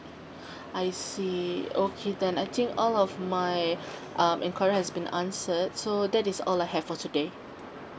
I see okay then I think all of my um inquiry has been answered so that is all I have for today